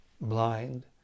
blind